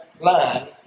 plan